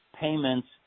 payments